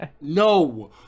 No